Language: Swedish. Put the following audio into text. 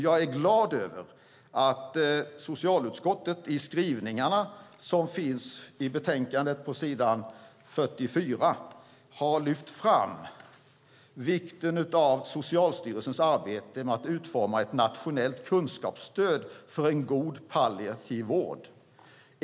Jag är glad över att socialutskottet i de skrivningar som finns i betänkandet på s. 44 har lyft fram vikten av Socialstyrelsens arbete med att utforma ett nationellt kunskapsstöd för en god palliativ vård.